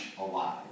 alive